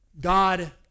God